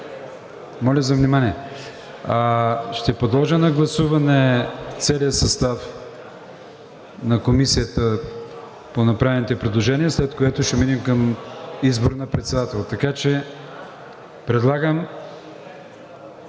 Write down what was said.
моля за внимание. Ще подложа на гласуване целия състав на Комисията по направените предложения, след което ще минем към избор на председател. Моля да подложите